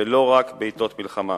ולא רק בעתות מלחמה.